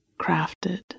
crafted